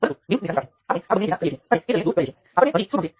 અને આ IX એ R23 માંથી વહેતાં કરંટ પર આધારિત છે